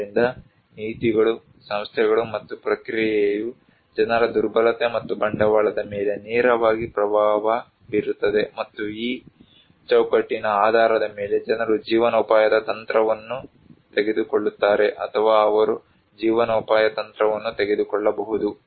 ಆದ್ದರಿಂದ ನೀತಿಗಳು ಸಂಸ್ಥೆಗಳು ಮತ್ತು ಪ್ರಕ್ರಿಯೆಯು ಜನರ ದುರ್ಬಲತೆ ಮತ್ತು ಬಂಡವಾಳದ ಮೇಲೆ ನೇರವಾಗಿ ಪ್ರಭಾವ ಬೀರುತ್ತದೆ ಮತ್ತು ಈ ಚೌಕಟ್ಟಿನ ಆಧಾರದ ಮೇಲೆ ಜನರು ಜೀವನೋಪಾಯ ತಂತ್ರವನ್ನು ತೆಗೆದುಕೊಳ್ಳುತ್ತಾರೆ ಅಥವಾ ಅವರು ಜೀವನೋಪಾಯ ತಂತ್ರವನ್ನು ತೆಗೆದುಕೊಳ್ಳಬಹುದು